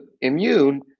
immune